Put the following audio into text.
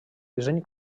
disseny